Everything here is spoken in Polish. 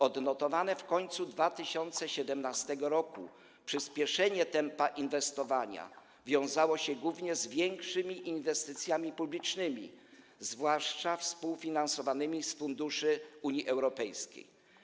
Odnotowane w końcu 2017 r. przyspieszenie tempa inwestowania wiązało się głównie z większymi inwestycjami publicznymi, zwłaszcza współfinansowanymi z funduszy Unii Europejskiej.